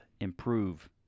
improve